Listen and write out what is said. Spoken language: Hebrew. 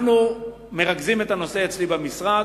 אנחנו מרכזים את הנושא אצלי במשרד.